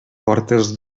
portes